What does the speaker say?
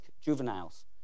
juveniles